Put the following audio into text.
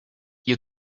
you